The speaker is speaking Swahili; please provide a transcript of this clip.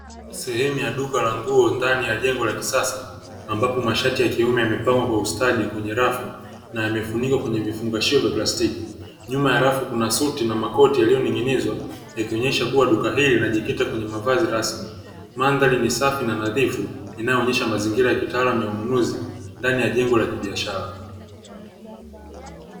Sehemu ya duka la nguo ndani ya jengo la kisasa ambapo mashati ya kiume yamepangwa kwa ustadi kwenye rafu na yamefunikwa kwenye vifungashio vya plastiki, nyuma ya rafu kuna suti na makoti yaliyoning'inizwa yakionyesha kuwa duka hili linajikita kwenye mavazi rasmi. Mandhari ni safi na nadhifu inayoonyesha mazingira ya kitaalamu ya ununuzi ndani ya jengo la kibiashara.